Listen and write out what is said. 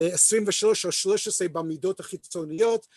עשרים ושלוש או שלוש עשרה במידות החיצוניות